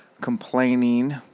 complaining